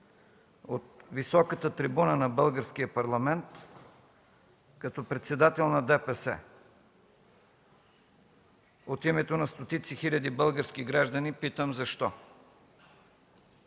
От високата трибуна на българския Парламент, като председател на ДПС, от името на стотици хиляди български граждани питам: защо?